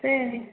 சரி